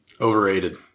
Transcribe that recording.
Overrated